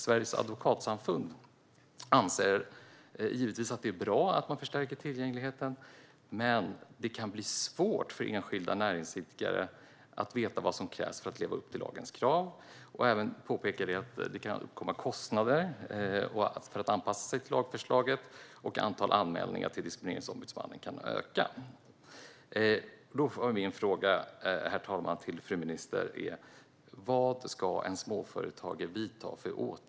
Sveriges Advokatsamfund anser givetvis att det är bra att man förstärker tillgängligheten men att det kan bli svårt för enskilda näringsidkare att veta vad som krävs för att leva upp till lagens krav. Man påpekar även att det kan uppkomma kostnader för att anpassa sig till lagförslaget och att antalet anmälningar till Diskrimineringsombudsmannen kan öka. Då är min fråga, herr talman, till fru ministern: Vad ska en småföretagare vidta för åtgärder?